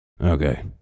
Okay